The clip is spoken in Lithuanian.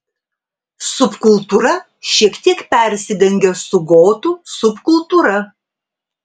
subkultūra šiek tiek persidengia su gotų subkultūra